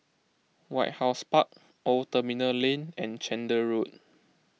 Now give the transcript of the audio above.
White House Park Old Terminal Lane and Chander Road